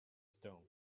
stones